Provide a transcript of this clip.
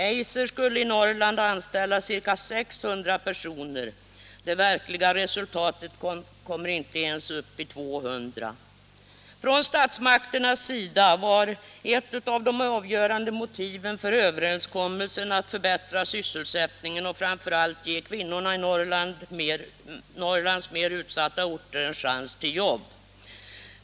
Eiser skulle i Norrland anställa ca 600 personer. Det verkliga resultatet kommer inte ens upp i 200. Från statsmakternas sida var ett av de avgörande motiven för överenskommelsen att förbättra sysselsättningen och framför allt att ge kvinnorna i Norrlands mer utsatta orter en chans till jobb.